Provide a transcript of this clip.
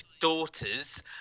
daughters